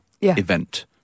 event